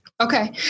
Okay